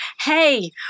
Hey